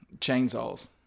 chainsaws